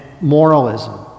moralism